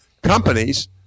Companies